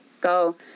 go